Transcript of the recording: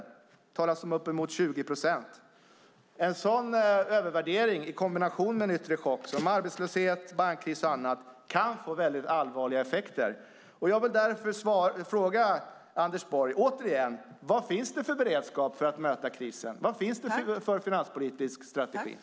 Det talas om uppemot 20 procent. En sådan övervärdering i kombination med en yttre chock som arbetslöshet, bankkris och annat kan få väldigt allvarliga effekter. Jag vill därför återigen fråga Anders Borg: Vilken beredskap finns det för att möta krisen? Vilken finanspolitisk strategi finns det?